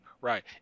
Right